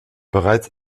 bereits